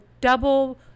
double